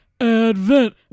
Advent